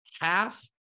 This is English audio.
half